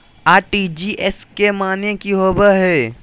RTGS के माने की होबो है?